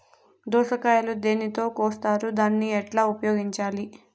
దోస కాయలు దేనితో కోస్తారు దాన్ని ఎట్లా ఉపయోగించాలి?